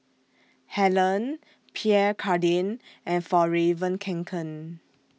Helen Pierre Cardin and Fjallraven Kanken